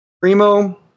Primo